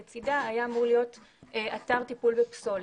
לצידה היה אמור להיות אתר טיפול בפסולת.